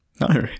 No